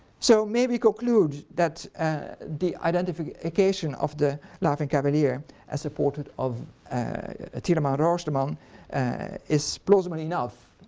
so, may we conclude that the identification of the laughing cavalier as the portrait of tieleman roosterman is plausible enough.